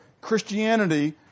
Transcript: Christianity